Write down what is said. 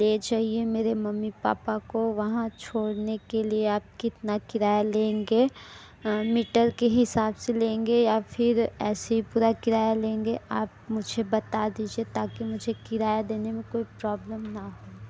ले जाइए मेरे मम्मी पापा को वहाँ छोड़ने के लिए आप कितना किराया लेंगे मीटर के हिसाब से लेंगे या फिर ऐसे ही पूरा किराया लेंगे आप मुझे बता दीजिए ताकि मुझे किराया देने में कोई प्रॉब्लम न हों